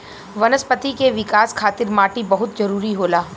वनस्पति के विकाश खातिर माटी बहुत जरुरी होला